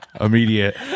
Immediate